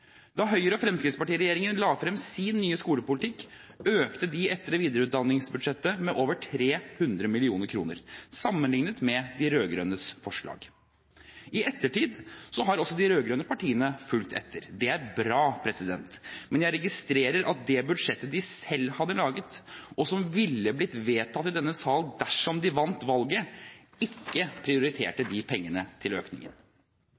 Da Høyre–Fremskrittsparti-regjeringen la frem sin nye skolepolitikk, økte de etter- og videreutdanningsbudsjettet med over 300 mill. kr, sammenliknet med de rød-grønnes forslag. I ettertid har også de rød-grønne partiene fulgt etter. Det er bra, men jeg registrerer at det budsjettet de selv hadde laget, og som ville blitt vedtatt i denne sal dersom de vant valget, ikke